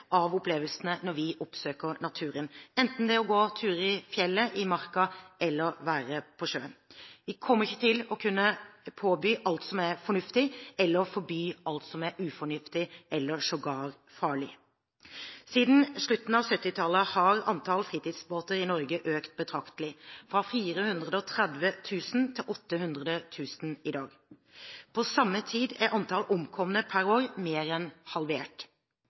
av opplevelsene når vi oppsøker naturen, enten det er å gå turer i fjellet eller i marka, eller det er å være på sjøen. Vi kommer ikke til å påby alt som er fornuftig, eller forby alt som er ufornuftig – eller sågar farlig. Siden slutten av 1970-tallet har antall fritidsbåter i Norge økt betraktelig, fra 430 000 til 800 000 i dag. På samme tid er antall omkomne per år mer enn halvert.